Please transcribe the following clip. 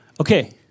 Okay